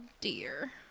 dear